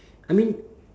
I mean